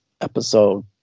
episode